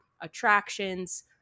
attractions